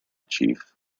chief